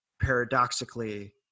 paradoxically